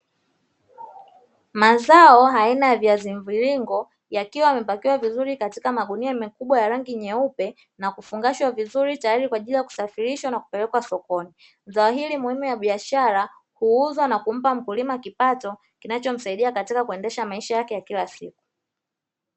Mazao aina ya viazi mviringo yakiwa yamepakiwa vizuri katika magunia makubwa ya rangi nyeupe na kufungashwa vizuri, tayari kwa ajili ya kusafirishwa na kupelekwa sokoni, zao hili muhimu la biashara huuzwa na kumpa mkulima kipato kinachomsaidia katika kuendesha maisha yake ya kila siku.